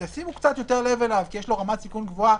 שימו קצת יותר לב אליו כי יש לו רמת סיכון גבוהה,